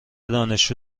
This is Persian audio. دانشجو